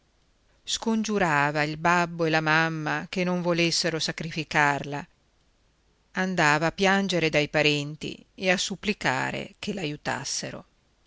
testa scongiurava il babbo e la mamma che non volessero sacrificarla andava a piangere dai parenti e a supplicare che l'aiutassero